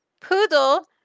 poodle